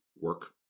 work